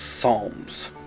Psalms